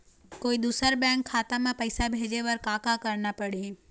कोई दूसर बैंक खाता म पैसा भेजे बर का का करना पड़ही?